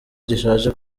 gishaje